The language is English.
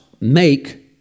make